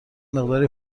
مقداری